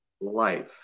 life